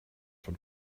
von